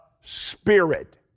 spirit